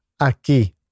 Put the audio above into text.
Aquí